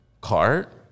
cart